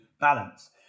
balance